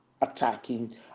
attacking